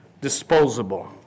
disposable